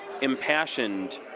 impassioned